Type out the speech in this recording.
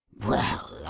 well,